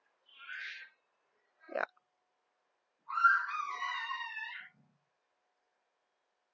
ya